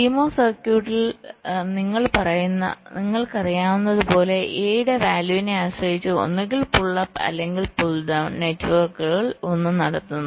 CMOS സർക്യൂട്ടിൽ നിങ്ങൾക്കറിയാവുന്നതുപോലെ A യുടെ വാല്യൂവിനെ ആശ്രയിച്ച് ഒന്നുകിൽ പുൾ അപ്പ് അല്ലെങ്കിൽ പുൾ ഡൌൺ നെറ്റ്വർക്കുകളിൽ ഒന്ന് നടത്തുന്നു